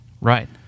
Right